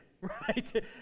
right